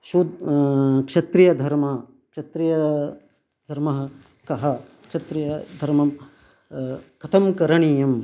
शुद् क्षत्रिय धर्म क्षत्रिय धर्मः कः क्षत्रियधर्मं कथं करणीयम्